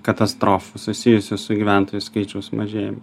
katastrofų susijusių su gyventojų skaičiaus mažėjimu